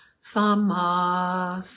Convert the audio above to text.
sama